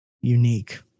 unique